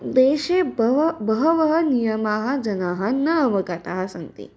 देशे बहवः बहवः नियमाः जनाः न अवगताः सन्ति